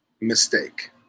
mistake